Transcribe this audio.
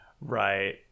Right